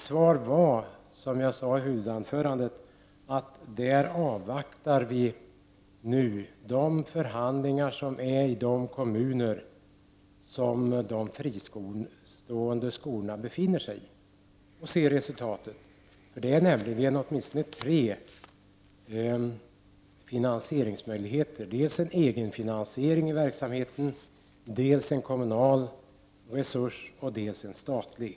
Svaret som jag gav i mitt huvudanförande var att vi nu avvaktar re sultatet av de förhandlingar som förs i de kommuner som de fristående skolorna befinner sig i. Det finns åtminstone tre finansieringsmöjligheter: dels en egenfinansiering av verksamheten, dels en kommunal resurs och dels en statlig.